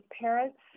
parents